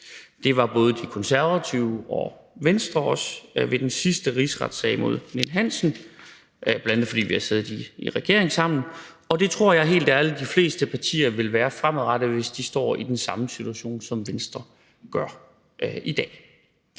Det var De Konservative og Venstre også ved den sidste rigsretssag mod Erik Ninn-Hansen, bl.a. fordi vi har siddet i regering sammen, og det tror jeg helt ærligt at de fleste partier vil være fremadrettet, hvis de står i samme situation, som Venstre gør i dag.